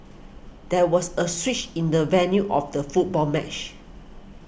there was a switch in the venue of the football match